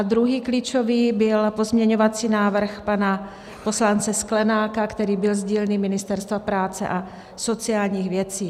Druhý klíčový byl pozměňovací návrh pana poslance Sklenáka, který byl z dílny Ministerstva práce a sociálních věcí.